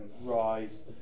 rise